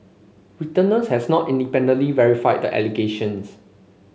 Reuters has not independently verified the allegations